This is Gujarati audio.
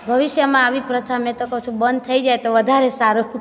ભવિષ્યમાં આવી પ્રથા મેં તો કહું છું બંધ થઈ જાય તો વધારે સારું